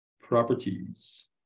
properties